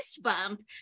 bump